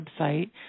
website